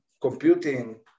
computing